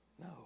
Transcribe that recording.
No